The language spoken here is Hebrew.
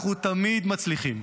אנחנו תמיד מצליחים.